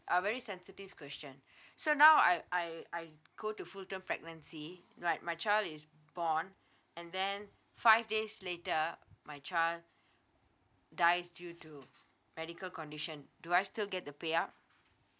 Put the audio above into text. uh very sensitive question so now I I I go to full term pregnancy like my child is born and then five days later my child dies due to medical condition do I still get the payout